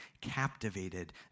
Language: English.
captivated